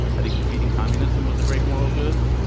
i think defeating communism was a great moral good,